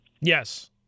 Yes